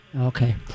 Okay